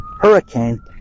hurricane